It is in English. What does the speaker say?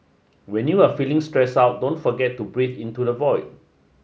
when you are feeling stress out don't forget to breathe into the void